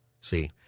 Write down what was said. See